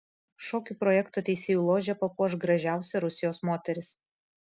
šokių projekto teisėjų ložę papuoš gražiausia rusijos moteris